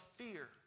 fear